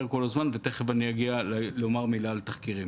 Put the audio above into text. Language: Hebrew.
כל הזמן ותכף אני אגיע לומר מילה על תחקירים.